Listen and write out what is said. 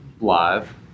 live